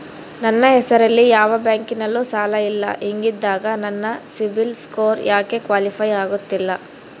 ನನ್ನ ಹೆಸರಲ್ಲಿ ಯಾವ ಬ್ಯಾಂಕಿನಲ್ಲೂ ಸಾಲ ಇಲ್ಲ ಹಿಂಗಿದ್ದಾಗ ನನ್ನ ಸಿಬಿಲ್ ಸ್ಕೋರ್ ಯಾಕೆ ಕ್ವಾಲಿಫೈ ಆಗುತ್ತಿಲ್ಲ?